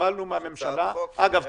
שקיבלנו מהממשלה אגב,